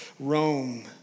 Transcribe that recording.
Rome